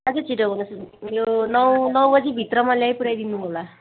अझै छिटो गर्नुहोस् यो नौ नौ बजीभित्रमा ल्याइपुऱ्याइ दिनु होला